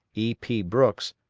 e. p. brooks,